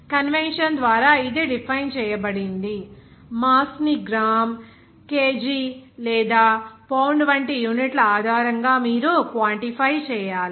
convention ద్వారా ఇది define చేయబడింది మాస్ ని గ్రామ్ కేజీ లేదా పౌండ్ వంటి యూనిట్ల ఆధారంగా మీరు క్వాన్టిఫై చేయాలి